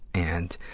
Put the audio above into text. and,